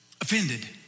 Offended